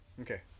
Okay